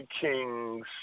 King's